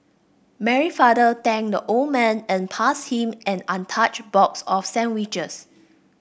Mary's father thanked the old man and passed him an untouched box of sandwiches